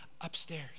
upstairs